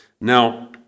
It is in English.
Now